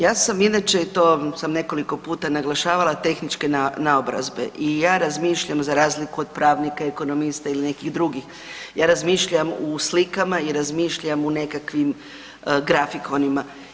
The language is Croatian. Ja sam inače i to sam nekoliko puta naglašavala tehničke naobrazbe i ja razmišljam za razliku od pravnika, ekonomista ili nekih drugih, ja razmišljam u slikama i razmišljam u nekakvim grafikonima.